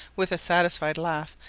with a satisfied laugh,